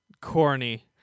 corny